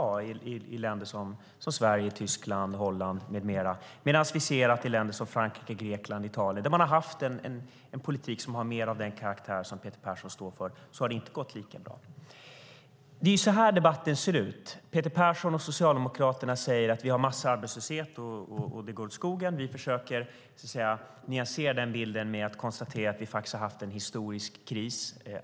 Det är länder som Sverige, Tyskland, Holland med flera. Vi ser att det inte har gått lika bra i länder som Frankrike, Grekland och Italien som har fört en politik som mer har haft den karaktär som Peter Persson står för. Det är så debatten ser ut. Peter Persson och Socialdemokraterna säger att vi har massarbetslöshet och att det går åt skogen. Vi försöker att nyansera den bilden med att konstatera att vi har haft en historisk kris.